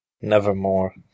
Nevermore